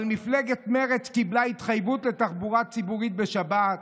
אבל מפלגת מרצ קיבלה התחייבות לתחבורה ציבורית בשבת,